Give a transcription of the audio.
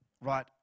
right